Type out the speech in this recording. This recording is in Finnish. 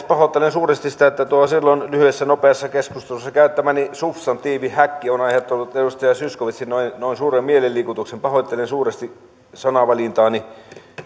pahoittelen suuresti sitä että silloin lyhyessä nopeassa keskustelussa käyttämäni substantiivi häkki on aiheuttanut edustaja zyskowiczille noin suuren mielenliikutuksen pahoittelen suuresti sanavalintaani